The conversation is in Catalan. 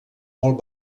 molt